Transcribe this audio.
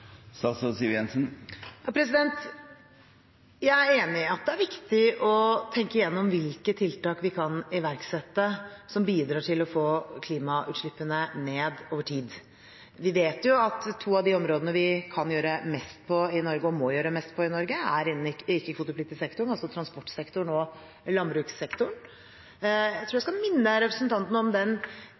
Jeg er enig i at det er viktig å tenke igjennom hvilke tiltak vi kan iverksette som bidrar til å få klimautslippene ned over tid. Vi vet jo at to av de områdene vi kan gjøre mest på i Norge, og må gjøre mest på i Norge, er innenfor ikke-kvotepliktig sektor, altså transportsektoren og landbrukssektoren. Jeg tror jeg skal minne representanten om den